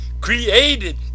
created